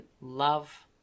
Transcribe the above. Love